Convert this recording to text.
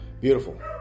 Beautiful